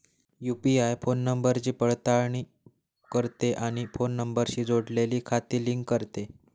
UPI phone नंबरची पडताळणी करते आणि फोन नंबरशी जोडलेली खाती लिंक करते